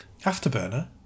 Afterburner